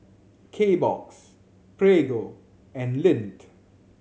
Kbox Prego and Lindt